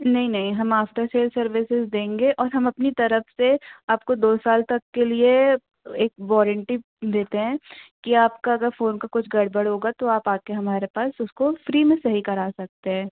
नहीं नहीं हम आफ़्टर सेल सर्विसेस देंगे और हम अपनी तरफ से आपको दो साल तक के लिए एक वॉरेन्टी देते हैं कि आपका अगर फ़ाेन का कुछ गड़बड़ होगा तो आप आ कर हमारे पास उसको फ़्री में सही करा सकते हैं